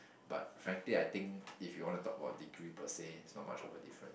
but frankly I think if you want to talk about degree per se it's not much of a difference